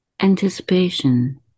Anticipation